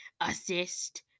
assist